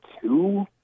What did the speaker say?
two